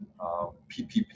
PPP